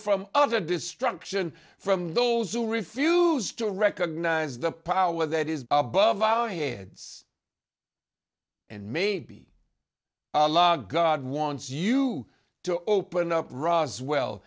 from other destruction from those who refuse to recognize the power that is above our heads and maybe a la god wants you to open up roswell